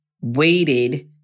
waited